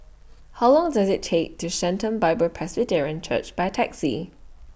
How Long Does IT Take to Sharon Bible Presbyterian Church By Taxi